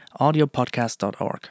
audiopodcast.org